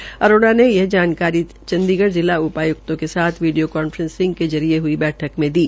श्रीमती अरोड़ा ने यह जानकारी आज चंडीगढ़ जिला उपायुक्तों के साथ वीडियो कांफ्रेसिंग के माध्यम से हई बैठक में दी